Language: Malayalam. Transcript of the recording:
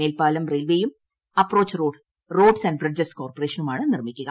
മേൽപ്പാലം റെയിൽപ്പെയ്ും approach road roads and bridges കോർപ്പറേഷനുമാ്ണ് നിർമ്മിക്കുക